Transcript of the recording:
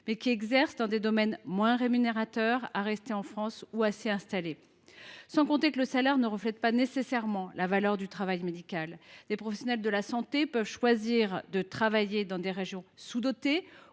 mais qui exercent dans des domaines moins rémunérateurs, de rester en France ou de s’y installer. En outre, le salaire ne reflète pas nécessairement la valeur du travail médical. Les professionnels de santé peuvent choisir de travailler dans des régions sous dotées,